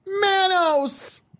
Manos